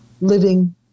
living